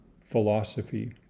philosophy